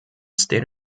state